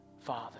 father